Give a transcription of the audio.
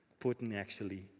putin, actually,